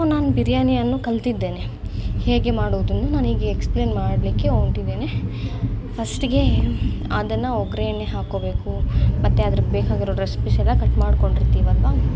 so ನಾನು ಬಿರ್ಯಾನಿಯನ್ನು ಕಲ್ತಿದ್ದೇನೆ ಹೇಗೆ ಮಾಡುವುದನ್ನು ನಾನು ಈಗ ಎಕ್ಸ್ಪ್ಲೇನ್ ಮಾಡಲಿಕ್ಕೆ ಹೊರ್ಟಿದ್ದೇನೆ ಫರ್ಸ್ಟಿಗೆ ಅದನ್ನು ಒಗ್ಗರಣೆ ಹಾಕ್ಕೊಳ್ಬೇಕು ಮತ್ತು ಅದ್ಕೆ ಬೇಕಾಗಿರೋ ರೆಸಿಪೀಸೆಲ್ಲ ಕಟ್ ಮಾಡ್ಕೊಂಡಿರ್ತೀವಲ್ವ